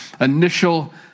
initial